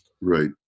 Right